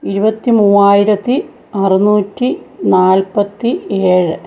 ഇരുപത്തി മുവായിരത്തി അറുന്നൂറ്റി നാൽപ്പത്തി ഏഴ്